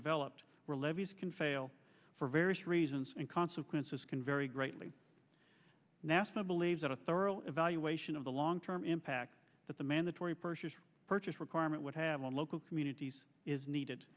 developed were levees can fail for various reasons and consequences can vary greatly nasa believes that a thorough evaluation of the long term impact that the mandatory purchase purchase requirement would have on local communities is needed